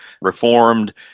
Reformed